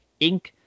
Inc